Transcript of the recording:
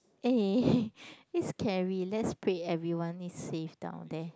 eh it's scary lets pray everyone is safe down there